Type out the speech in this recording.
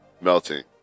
Melting